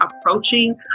approaching